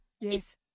Yes